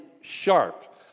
sharp